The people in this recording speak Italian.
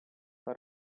far